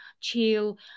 chill